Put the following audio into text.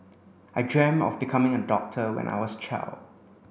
I dreamt of becoming a doctor when I was a child